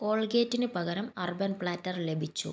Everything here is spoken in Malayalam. കോൾഗേറ്റിന് പകരം അർബൻ പ്ലാറ്റർ ലഭിച്ചു